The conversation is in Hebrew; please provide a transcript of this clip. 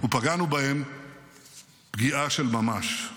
ופגענו בהם פגיעה של ממש.